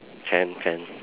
can can